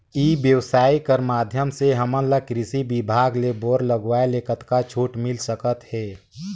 ई व्यवसाय कर माध्यम से हमन ला कृषि विभाग ले बोर लगवाए ले कतका छूट मिल सकत हे?